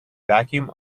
vacuum